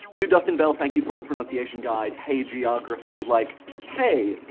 to dustin bell, thank you for the pronunciation guide, hagiography like hay,